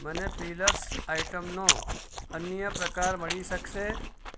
મને પીલર્સ આઇટમનો અન્ય પ્રકાર મળી શકશે